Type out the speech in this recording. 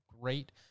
great